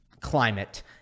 climate